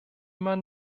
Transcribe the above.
man